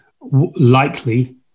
likely